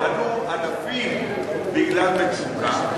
עלו אלפים בגלל מצוקה,